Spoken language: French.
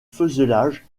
fuselage